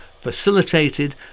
facilitated